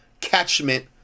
Catchment